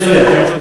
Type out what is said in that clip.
מאה אחוז.